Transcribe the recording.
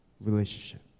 relationship